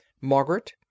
Margaret